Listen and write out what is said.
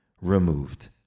removed